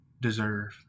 deserve